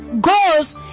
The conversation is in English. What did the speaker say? goes